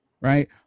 right